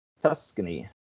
tuscany